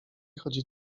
chodzi